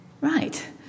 right